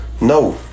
no